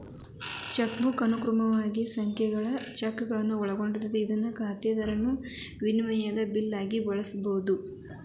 chequebook ಅನುಕ್ರಮ ಸಂಖ್ಯಾದಾಗ ಚೆಕ್ಗಳನ್ನ ಒಳಗೊಂಡಿರ್ತದ ಅದನ್ನ ಖಾತೆದಾರರು ವಿನಿಮಯದ ಬಿಲ್ ಆಗಿ ಬಳಸಬಹುದು